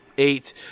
Eight